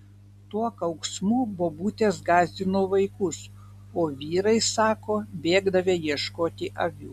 tuo kauksmu bobutės gąsdino vaikus o vyrai sako bėgdavę ieškoti avių